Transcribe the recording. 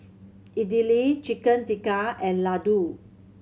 Idili Chicken Tikka and Ladoo